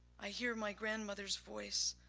i hear my grandmother's voice.